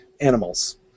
animals